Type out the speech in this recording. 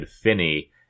finney